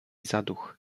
zaduch